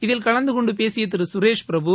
இதில் கலந்து கொண்டு பேசிய திரு சுரேஷ்பிரபு